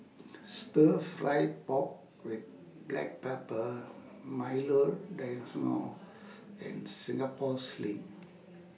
Stir Fry Pork with Black Pepper Milo and Singapore Sling